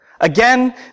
Again